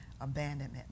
abandonment